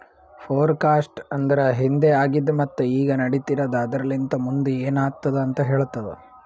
forecast ಅಂದುರ್ ಹಿಂದೆ ಆಗಿದ್ ಮತ್ತ ಈಗ ನಡಿತಿರದ್ ಆದರಲಿಂತ್ ಮುಂದ್ ಏನ್ ಆತ್ತುದ ಅಂತ್ ಹೇಳ್ತದ